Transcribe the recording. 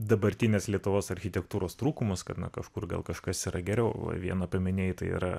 dabartinės lietuvos architektūros trūkumus kad kažkur gal kažkas yra geriau va vieną apie minėjai tai yra